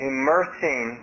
immersing